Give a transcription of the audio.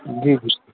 جی جی